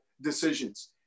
decisions